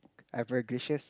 I've ambitious